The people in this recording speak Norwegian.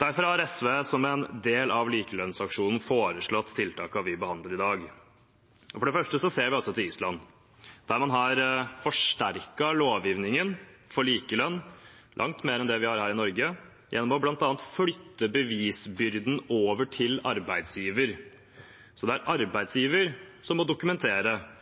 Derfor har SV som en del av likelønnsaksjonen foreslått tiltakene vi behandler i dag. For det første ser vi til Island, der man har forsterket lovgivningen for likelønn langt mer enn det vi har her i Norge, gjennom bl.a. å flytte bevisbyrden over til arbeidsgiver, så det er arbeidsgiver som må dokumentere